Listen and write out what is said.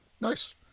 Nice